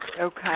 Okay